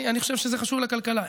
אני חושב שזה חשוב לכלכלה.